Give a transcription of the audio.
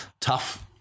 tough